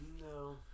No